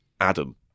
Adam